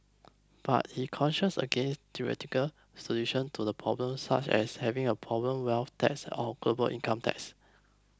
but he cautioned against theoretical solution to the problem such as having a problem wealth tax or global income tax